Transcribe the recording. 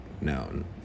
known